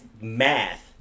math